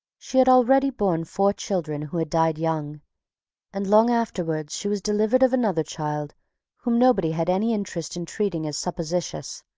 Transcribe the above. she had already borne four children who had died young and long afterwards she was delivered of another child whom nobody had any interest in treating as supposititious,